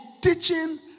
teaching